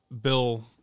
Bill